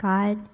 God